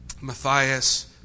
Matthias